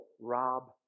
rob